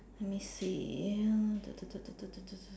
let me see uh